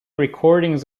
recordings